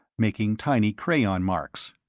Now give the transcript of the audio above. making tiny crayon marks.